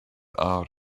out